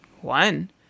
one